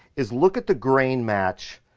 is look at the grain match.